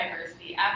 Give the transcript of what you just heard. diversity